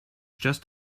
just